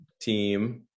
team